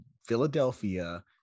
Philadelphia